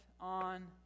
on